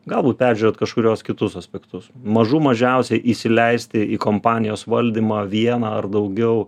galbūt peržiūrėt kažkuriuos kitus aspektus mažų mažiausiai įsileisti į kompanijos valdymą vieną ar daugiau